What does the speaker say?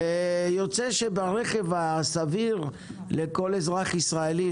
ויוצא שברכב הסביר לכל אזרח ישראלי,